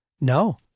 No